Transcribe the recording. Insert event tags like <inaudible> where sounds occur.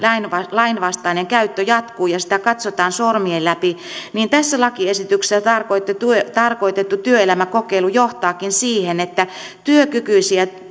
lainvastainen käyttö jatkuu ja sitä katsotaan sormien läpi niin tässä lakiesityksessä tarkoitettu työelämäkokeilu johtaakin siihen että työkykyisiä <unintelligible>